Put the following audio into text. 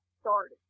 started